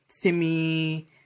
timmy